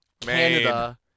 Canada